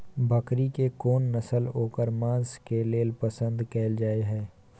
बकरी के कोन नस्ल ओकर मांस के लेल पसंद कैल जाय हय?